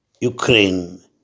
Ukraine